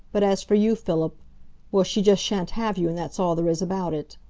but as for you, philip well, she just shan't have you, and that's all there is about it.